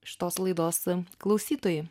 iš tos laidos klausytojai